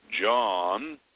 John